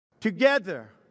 Together